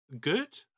good